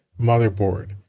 Motherboard